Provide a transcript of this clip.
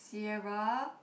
Sierra